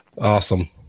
Awesome